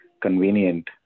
convenient